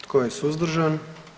Tko je suzdržan?